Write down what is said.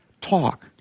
talk